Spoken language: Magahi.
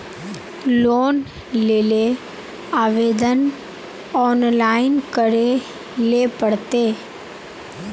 लोन लेले आवेदन ऑनलाइन करे ले पड़ते?